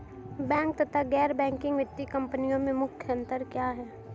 Bank तथा गैर banking वित्तीय कंपनियों में मुख्य अंतर क्या है?